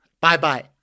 Bye-bye